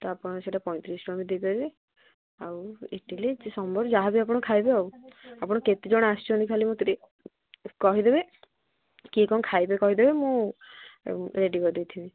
ତ ଆପଣ ସେଇଟା ପଇଁତିରିଶ ଟଙ୍କା ବି ଦେଇଦେବେ ଆଉ ଇଟିଲି ସମ୍ବର ଯାହା ବିି ଆପଣ ଖାଇବେ ଆଉ ଆପଣ କେତେଜଣ ଆସିଛନ୍ତି ଖାଲି ମୋତେ କହିଦେବେ କିଏ କ'ଣ ଖାଇବେ କହିଦେବେ ମୁଁ ରେଡି କରିଦେଇଥିବି